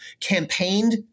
campaigned